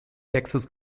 texas